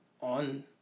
on